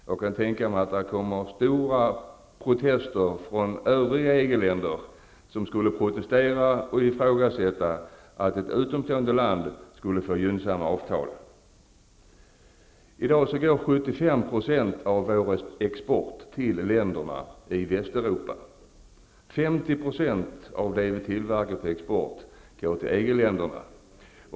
Jag kan tänka mig att där skulle bli stora protester från övriga EG-länder, som skulle ifrågasätta att ett utomstående land skulle få gynnsamma avtal. I dag går 75 % av Sveriges export till länderna i Västeuropa. 50 %av det vi i Sverige tillverkar för export går till EG-länderna.